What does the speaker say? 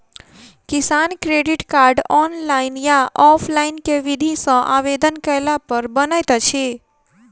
किसान credit card, online या offline केँ विधि सँ आवेदन कैला पर बनैत अछि?